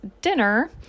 dinner